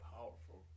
Powerful